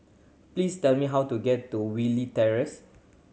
please tell me how to get to Willie Terrace